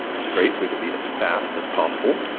which is great, so we can be as fast as possible,